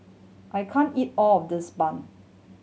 I can't eat all of this bun